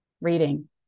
reading